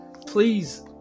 Please